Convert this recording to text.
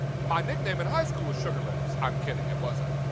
my nickname in high school was sugar lips. i'm kidding, it wasn't.